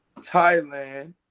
Thailand